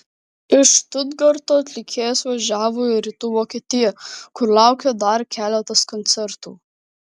iš štutgarto atlikėjas važiavo į rytų vokietiją kur laukė dar keletas koncertų